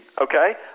Okay